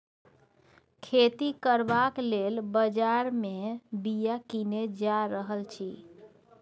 खेती करबाक लेल बजार मे बीया कीने जा रहल छी